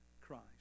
Christ